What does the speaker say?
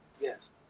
Yes